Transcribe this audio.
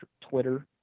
Twitter